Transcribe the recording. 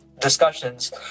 discussions